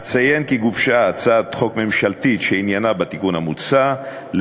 אציין כי גובשה הצעת חוק ממשלתית שעניינה התיקון המוצע.